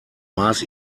maß